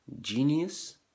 genius